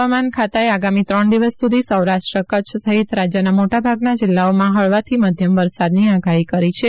હવામાન ખાતાએ આગામી ત્રણ દિવસ સુધી સૌરાષ્ટ્ર કચ્છ સહિત રાજ્યના મોટાભાગના જિલ્લાઓમાં હળવાથી મધ્યમ વરસાદની આગાફી કરી છે